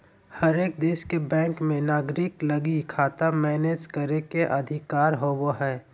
हरेक देश के बैंक मे नागरिक लगी खाता मैनेज करे के अधिकार होवो हय